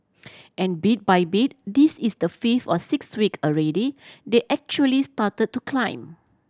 and bit by bit this is the fifth or sixth week already they actually started to climb